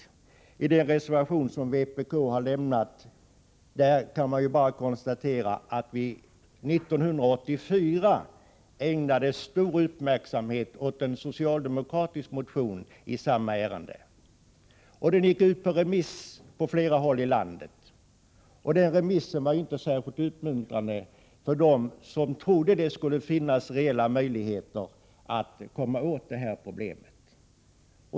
Vi kan bara konstatera att riksdagen 1984 ägnade stor uppmärksamhet åt en socialdemokratisk motion i samma ärende. Förslaget gick ut på remiss på flera håll i landet. Den remissen var inte särskilt uppmuntrande för dem som trodde att det skulle finnas reella möjligheter att komma åt det här problemet.